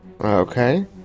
Okay